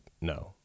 No